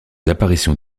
apparitions